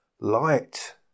Light